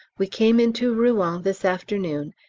we came into rouen this afternoon,